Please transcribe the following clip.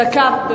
דקה.